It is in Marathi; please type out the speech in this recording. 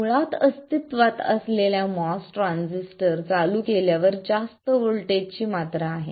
मुळात अस्तित्त्वात असलेल्या MOS ट्रान्झिस्टर चालू केल्यावर जास्त व्होल्टेजची मात्रा आहे